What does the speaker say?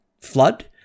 flood